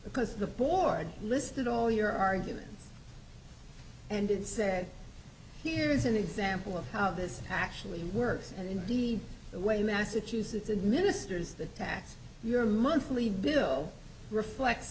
because the board listed all your arguments and said here is an example of how this actually works and indeed the way massachusetts and ministers the tax your monthly bill reflects